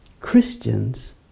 Christians